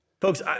Folks